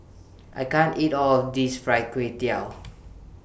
I can't eat All This Fried Kway Tiao